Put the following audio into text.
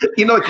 but you know,